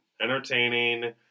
entertaining